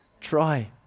Try